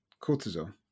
cortisol